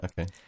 Okay